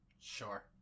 Sure